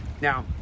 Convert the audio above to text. now